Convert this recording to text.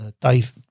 Dave